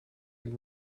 and